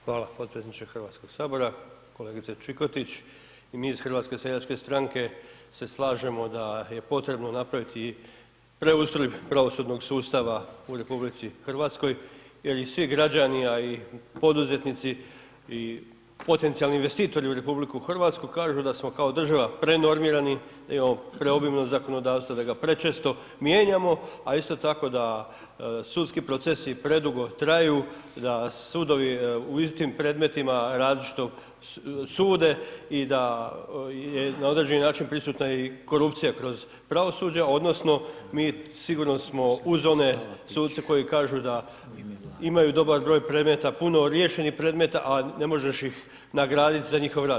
Hvala potpredsjedniče Hrvatskog sabora, kolegice Čikotić mi iz HSS se slažemo da je potrebno napraviti preustroj pravosudnog sustava u RH jer i svi građani, a i poduzetnici i potencijalni investitori u RH kažu da smo kao država prenormirani, da imamo preobimno zakonodavstvo da ga prečesto mijenjamo, a isto tako da sudski procesi predugo traju i da sudovi u istim predmetima različito sude i da je na određeni način prisuta i korupcija kroz pravosuđe odnosno mi sigurno smo uz one sude koji kažu da imaju dobar broj predmeta, puno riješenih predmeta, a ne možeš ih nagradit za njihov rad.